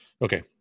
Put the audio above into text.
Okay